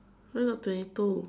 only got twenty two